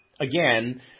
again